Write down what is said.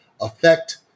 affect